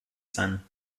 sein